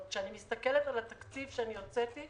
כשאני מסתכלת על התקציב שאני הוצאתי